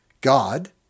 God